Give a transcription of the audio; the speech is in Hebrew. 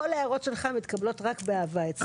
כל ההערות שלך מתקבלות רק באהבה אצלי.